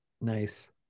Nice